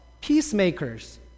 peacemakers